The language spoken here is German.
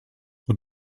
und